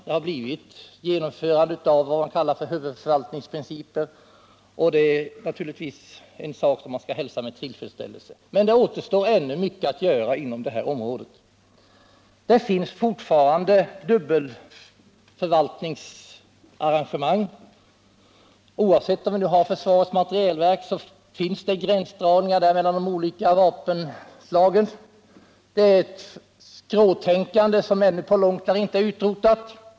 Man har genomfört vad man kallar huvudförvaltningsprincipen. Det är naturligtvis något som man skall hälsa med tillfredsställelse. Men det återstår ännu mycket att göra inom detta område. Det finns fortfarande dubbelförvaltningsarrangemang. Trots ett centralt verk, försvarets materielverk, finns det gränsdragningar mellan de olika vapenslagen. Det finns ett skråtänkande som ännu inte på långt när är utrotat.